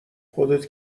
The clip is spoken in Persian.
خودت